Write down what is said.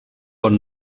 bon